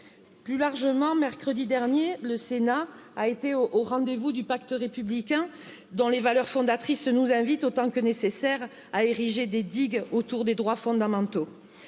Plus largement, mercredi dernier, le Sénat a été au rendez vous du pacte républicain dont les valeurs fondatrices nous invitent, autant que nécessaire, à ériger des digues autour des droits fondamentaux